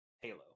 halo